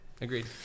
Agreed